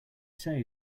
say